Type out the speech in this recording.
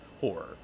horror